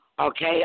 Okay